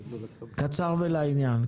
קצר ולעניין.